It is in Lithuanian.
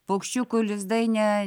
paukščiukų lizdai ne